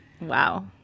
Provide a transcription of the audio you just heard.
Wow